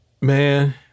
Man